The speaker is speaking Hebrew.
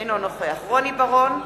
אינו נוכח רוני בר-און,